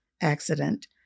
accident